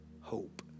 hope